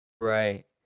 Right